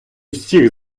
всіх